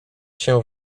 się